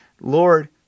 Lord